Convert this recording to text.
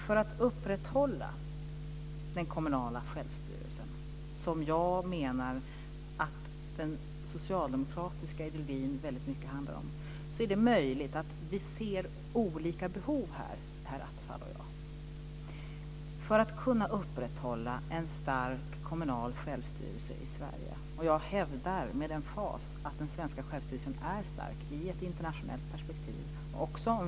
För att upprätthålla den kommunala självstyrelsen, som jag menar att den socialdemokratiska ideologin väldigt mycket handlar om, är det möjligt att herr Attefall och jag ser olika behov. Jag hävdar med emfas att den svenska självstyrelsen är stark i ett internationellt perspektiv.